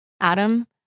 Adam